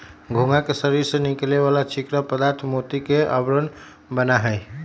घोंघा के शरीर से निकले वाला चिकना पदार्थ मोती के आवरण बना हई